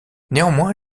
néanmoins